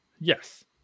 yes